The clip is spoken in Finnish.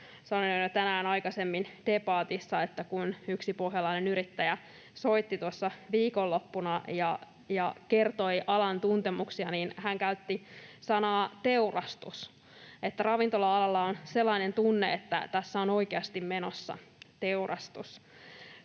Sanoin jo tänään aikaisemmin debatissa, että kun yksi pohjalainen yrittäjä soitti tuossa viikonloppuna ja kertoi alan tuntemuksia, niin hän käytti sanaa ”teurastus” — ravintola-alalla on sellainen tunne, että tässä on oikeasti menossa teurastus.